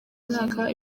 mwaka